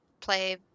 play